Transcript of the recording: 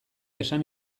esan